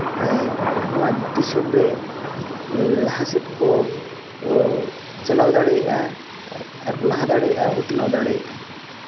ᱱᱚᱣᱟ ᱫᱤᱥᱚᱢ ᱨᱮ ᱞᱟᱦᱟᱥᱮᱫ ᱠᱚ ᱪᱟᱞᱟᱣ ᱫᱟᱲᱮᱭᱟᱜᱼᱟ ᱟᱨᱠᱚ ᱞᱟᱦᱟ ᱫᱟᱲᱮᱭᱟᱜᱼᱟ ᱩᱛᱱᱟᱹᱣ ᱫᱟᱲᱮᱭᱟᱜᱼᱟ